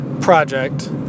project